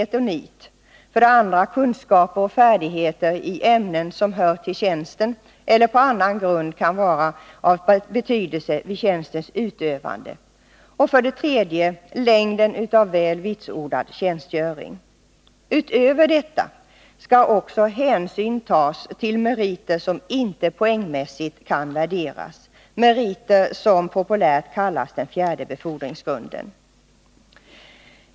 2. kunskap och färdigheter i ämnen som hör till tjänsten eller på annan grund kan vara av betydelse vid tjänstens utövande, Härutöver skall också hänsyn tas till meriter som inte poängmässigt kan värderas — populärt kallade den fjärde befordringsgrunden.